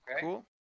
cool